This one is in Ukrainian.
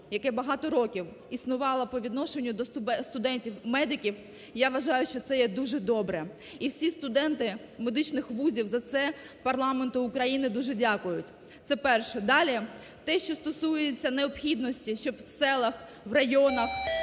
яке багато років існувало по відношенню до студентів-медиків, я вважаю, що це є дуже добре. І всі студенти медичних вузів за це парламенту України дуже дякують. Це перше. Далі. Те, що стосується необхідності, щоб в селах, в районах,